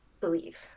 believe